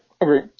agree